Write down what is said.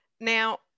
now